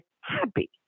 happy